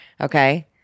Okay